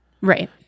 Right